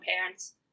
parents